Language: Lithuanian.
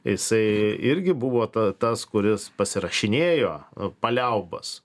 jisai irgi buvo ta tas kuris pasirašinėjo paliaubas